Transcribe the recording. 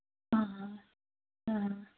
ಹಾಂ ಹಾಂ ಹಾಂ